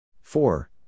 four